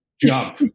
jump